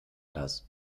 das